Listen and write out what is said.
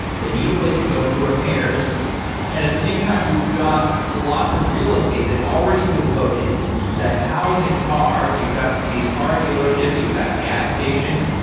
they need a place to go for repairs, and at the same time you've got lots of real estate that's already devoted to housing cars. you've got these car dealerships, you've got gas stations,